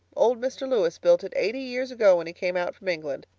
old mr. lewis built it eighty years ago when he came out from england.